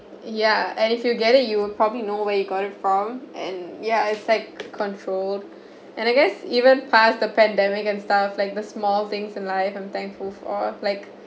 ya and if you get it you would probably know where you got it from and yeah it's like control and I guess even pass the pandemic and stuff like the small things in life I'm thankful for like